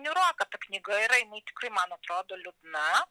niūroka ta knyga yra jinai tikrai man atrodo liūdna